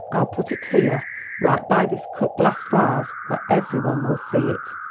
i'll put it here right by this cut-glass vase, where every one will see it.